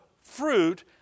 fruit